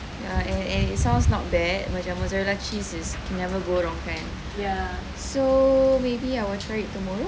and and and it sounds not bad mozzarella cheese is can never go wrong kan so maybe I will try it tomorrow